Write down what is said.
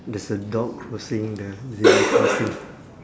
there's a dog crossing the zebra crossing